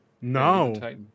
No